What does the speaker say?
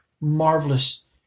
marvelous